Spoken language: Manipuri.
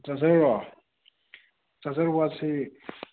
ꯆꯥꯔꯖꯔꯔꯣ ꯆꯥꯔꯖꯔ ꯋꯥꯠꯁꯤ